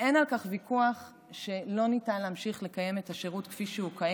אין ויכוח על כך שלא ניתן להמשיך לקיים את השירות כפי שהוא כעת.